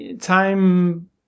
Time